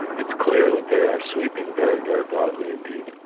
it's clear that they are sweeping very, very broadly indeed.